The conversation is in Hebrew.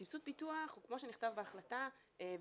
סבסוד הפיתוח הוא כמו שנכתב בהחלטה וציינת,